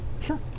Sure